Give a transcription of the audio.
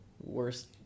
Worst